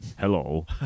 hello